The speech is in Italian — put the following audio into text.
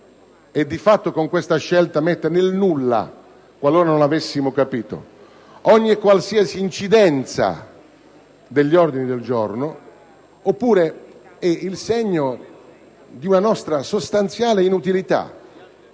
(e di fatto con questa scelta rende nulla, qualora non l'avessimo capito, qualsiasi incidenza degli ordini del giorno) o questo è il segno di una nostra sostanziale inutilità.